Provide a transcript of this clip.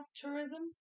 tourism